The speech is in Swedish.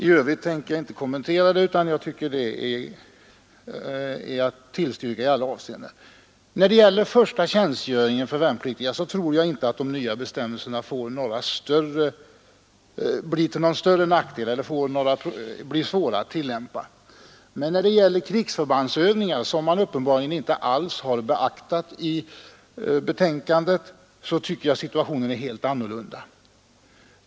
I övrigt tänker jag inte kommentera förslaget, utan jag tycker det finns anledning att tillstyrka det i alla övriga hänseenden. När det gäller första tjänstgöringen för värnpliktiga tror jag inte att de nya bestämmelserna blir till någon större nackdel eller blir svåra att tillämpa. Men när det gäller krigsförbandsövningar, som man uppenbarligen inte alls har beaktat i betänkandet, tycker jag att situationen är helt annorlunda.